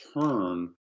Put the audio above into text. turn